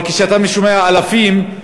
אבל כשאתה שומע על אלפים,